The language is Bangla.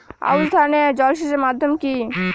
আউশ ধান এ জলসেচের মাধ্যম কি?